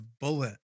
Bullet